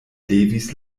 levis